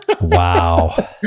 Wow